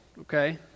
okay